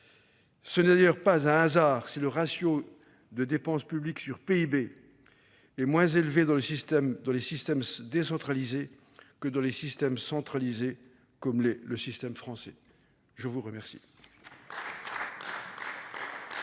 Ce n'est d'ailleurs pas un hasard si le ratio des dépenses publiques par rapport au PIB est moins élevé dans les systèmes décentralisés que dans les systèmes centralisés, comme l'est le système français. La parole